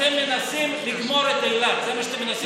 אתם מנסים לגמור את אילת, זה מה שאתם מנסים.